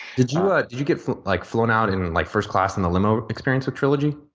did you ah you get like flown out and and like first class and the limo experience with trilogy?